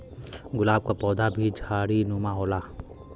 गुलाब क पौधा भी झाड़ीनुमा होला